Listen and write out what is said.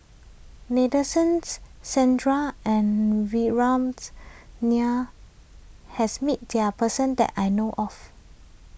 Nadasen Chandra and Nair has met this person that I know of